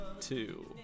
two